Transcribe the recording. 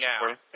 now